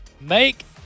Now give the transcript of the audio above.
Make